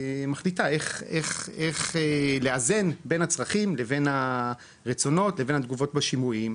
מחליטה איך לאזן בן הצרכים לבין הרצונות לבין התגובות בשימועים,